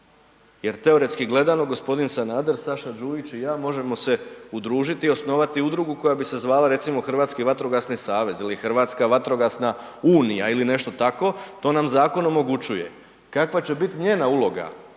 jer teoretski gledano gospodin Sanader, Saša Đujić i ja možemo se udružiti i osnovati udrugu koja bi se zvala recimo hrvatski vatrogasni savez ili hrvatska vatrogasna unija ili nešto tako, to nam zakon omogućuje. Kakva će biti njena uloga,